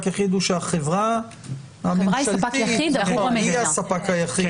יחיד הוא שהחברה הממשלתית היא הספק היחיד.